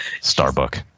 Starbuck